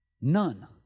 None